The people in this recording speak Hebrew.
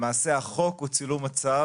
למעשה, החוק הוא צילום מצב.